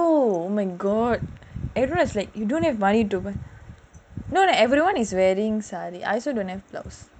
you my god everyone is like you don't have money to buy not everyone is wearing saree I also don't have clothes